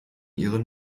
ihre